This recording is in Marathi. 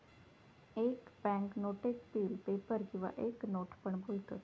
एक बॅन्क नोटेक बिल पेपर किंवा एक नोट पण बोलतत